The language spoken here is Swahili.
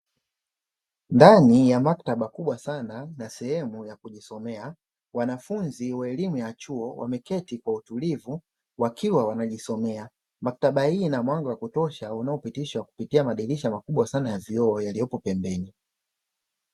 Ndani ya maktaba kubwa sana na sehemu ya kujisomea, wanafunzi wa elimu ya chuo wameketi kwa utulivu wakiwa wanajisomea, maktaba hii ina mwanga wa kutosha; unaopitishwa kupitia madirisha makubwa sana ya vioo yaliyopo pembeni.